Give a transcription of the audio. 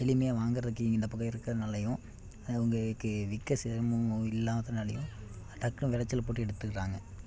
எளிமையாக வாங்குறதுக்கு இந்த பக்கம் இருக்கிறதுனாலையும் அவங்களுக்கு விற்க சிரமமும் இல்லாதனாலேயும் டக்குன்னு வெளைச்சல் போட்டு எடுத்துவிடுறாங்க